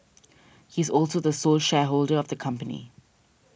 he is also the sole shareholder of the company